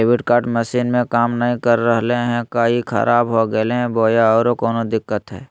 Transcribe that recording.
Debit card machine में काम नाय कर रहले है, का ई खराब हो गेलै है बोया औरों कोनो दिक्कत है?